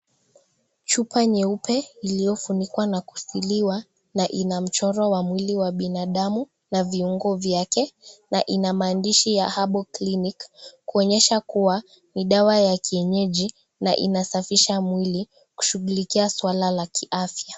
Chupa nyeupe iliyo funikwa na kusiliwa na ina mchoro wa mwili wa binadamu na viungo vyake na ina maandishi ya Herbal Clinic kunyesha kuwa ni dawa ya kienyeji na inasafisha mwili kushughulikia swala la kiafya.